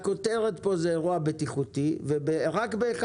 הכותרת כאן היא "אירוע בטיחותי" ורק ב-(1),